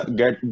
get